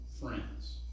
friends